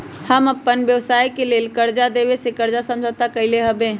हम अप्पन व्यवसाय के लेल कर्जा देबे से कर्जा समझौता कलियइ हबे